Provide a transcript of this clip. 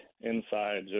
inside